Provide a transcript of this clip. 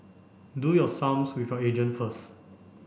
do your sums with your agent first